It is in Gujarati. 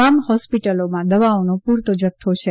તમામ હોસ્પીટલોમાં દવાઓનો પૂરતો જથ્થો છે